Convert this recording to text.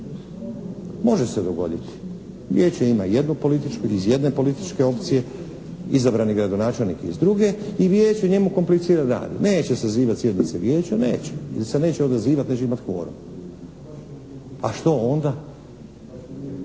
Može se dogoditi. Vijeće ima jednu političku, iz jedne političke opcije, izabrani gradonačelnik iz druge i Vijeće njemu komplicira rad. Neće sazivati sjednice Vijeća, neće. Jer se neće odazivati, neće imati kvorum. A što onda?